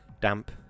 Damp